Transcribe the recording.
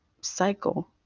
cycle